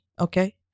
Okay